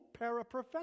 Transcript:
paraprofessional